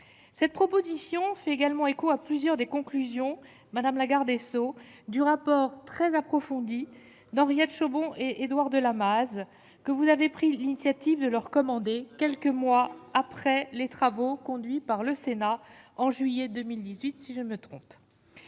cette proposition fait également écho à plusieurs des conclusions madame Lagarde sots du rapport très approfondie d'Henriette, Chaumont et Édouard de Lamaze, que vous avez pris l'initiative de leur commander quelques mois après les travaux conduits par le Sénat en juillet 2018 si je me trompe,